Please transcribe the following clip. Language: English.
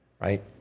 right